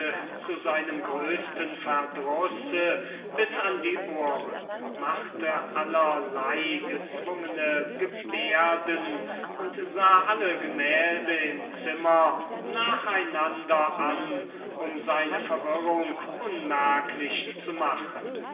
zu seinem größten verdruß bis an die ohren er machte allerlei gezwungne gebärden und sah alle gemälde in dem zimmer nach einander an um seine verwirrung unmerklich zu machen